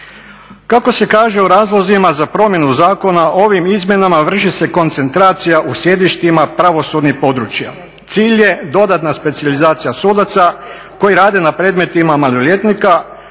Kako se kaže u razlozima za promjenu zakona, ovim izmjenama vrši se koncentracija u sjedištima pravosudnih područja. Cilj je dodatna specijalizacija sudaca koji rade na predmetima maloljetnika,